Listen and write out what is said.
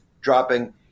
dropping